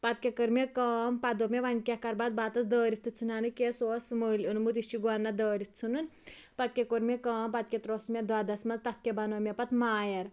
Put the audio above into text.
پَتہٕ کیاہ کٔر مےٚ کٲم پَتہٕ دوٚپ مےٚ وۄنۍ کیاہ کَرٕ بہٕ اتھ بَتَس دٲرِتھ تہِ ژھٕنہا نہٕ کینٛہہ سُہ اوس مٔلۍ اوٚنمُت یہِ چھُ گوٚناہ دٲرِتھ ژھٕنُن پَتہٕ کیاہ کوٚر مےٚ کام پَتہٕ کیاہ تروو سُہ مےٚ دۄدَس مَنٛز تَتھ کیاہ بَنٲو مےٚ پَتہٕ مایَر